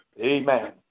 Amen